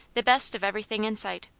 the best of everything in sight.